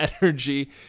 energy